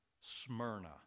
Smyrna